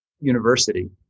university